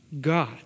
God